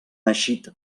eixit